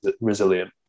resilient